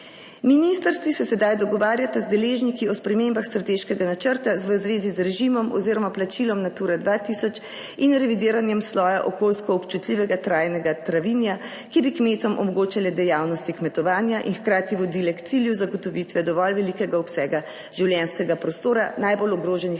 Ministrstvi se sedaj dogovarjata z deležniki o spremembah strateškega načrta v zvezi z režimom oziroma plačilom Natura 2000 in revidiranjem sloja okoljsko občutljivega trajnega travinja, ki bi kmetom omogočale dejavnosti kmetovanja in hkrati vodile k cilju zagotovitve dovolj velikega obsega življenjskega prostora najbolj ogroženih travniških